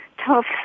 tough